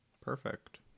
Perfect